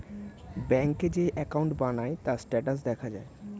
ব্যাংকে যেই অ্যাকাউন্ট বানায়, তার স্ট্যাটাস দেখা যায়